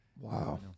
Wow